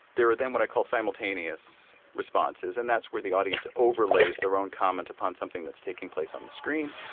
there are then what i call simultaneous responses and that's where the audience overlays their own comment upon something that's taking place on the screen.